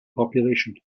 population